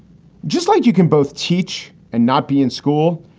just like you can both teach and not be in school,